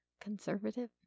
conservative